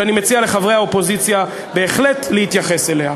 שאני מציע לחברי האופוזיציה בהחלט להתייחס אליה.